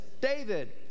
David